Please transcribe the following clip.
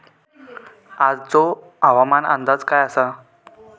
आजचो हवामान अंदाज काय आसा?